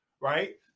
right